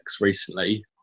recently